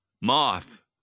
moth